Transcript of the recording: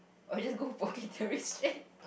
or we just go Poke Theory straight